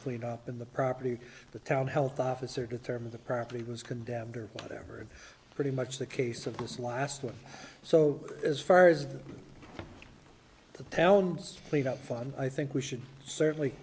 clean up in the property the town health officer determine the property was condemned or whatever and pretty much the case of this last one so as far as the talents played out fun i think we should certainly